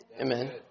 Amen